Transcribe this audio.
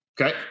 Okay